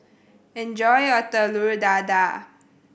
enjoy your Telur Dadah